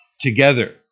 together